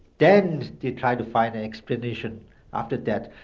then they tried to find an explanation after that.